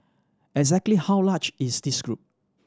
exactly how large is this group